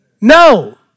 No